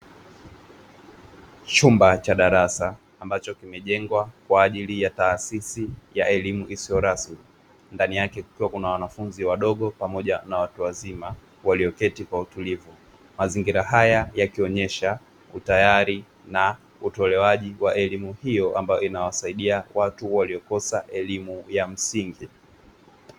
Chumba cha darasa ambacho kimejengwa kwa ajili ya taasisi ya elimu isiyo rasmi. Ndani yake kukiwa kuna wanafunzi wadogo pamoja na watu wazima walioketi kwa utulivu. Mazingira haya yakionyesha utayari na utolewaji wa elimu hiyo ambayo inawasaidia watu waliokosa elimu ya msingi.